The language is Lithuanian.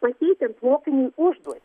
pateikiant mokiniui užduotį